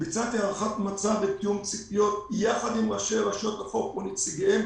ביצעתי הערכת מצב ותיאום ציפיות יחד עם ראשי רשויות החוף ונציגיהם